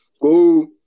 go